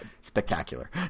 spectacular